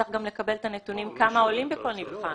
צריך גם לקבל את הנתונים כמה עולים בכל מבחן.